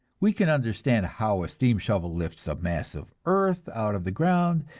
we can understand how a steam shovel lifts a mass of earth out of the ground,